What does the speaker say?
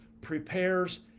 prepares